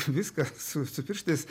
viską su su pirštais